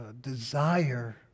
desire